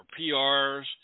PRs